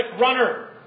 runner